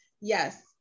Yes